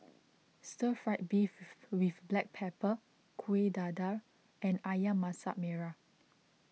Stir Fry Beef with Black Pepper Kuih Dadar and Ayam Masak Merah